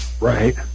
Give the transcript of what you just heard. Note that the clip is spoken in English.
Right